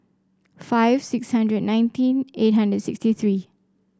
five six hundred and nineteen eight hundred sixty three